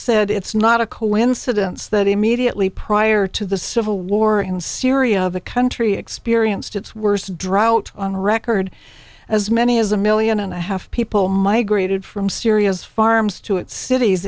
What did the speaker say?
said it's not a coincidence that immediately prior to the civil war in syria the country experienced its worst drought on record as many as a million and a half people migrated from syria's farms to its cities